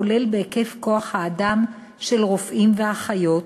כולל בהיקף התקנים של רופאים ואחיות,